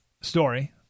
story